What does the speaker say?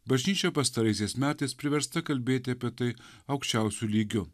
bažnyčia pastaraisiais metais priversta kalbėti apie tai aukščiausiu lygiu